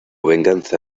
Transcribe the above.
venganza